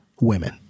women